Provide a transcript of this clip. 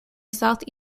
south